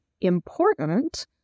Important